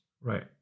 Right